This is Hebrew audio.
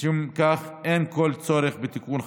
ולשם כך אין כל צורך בתיקון חקיקה.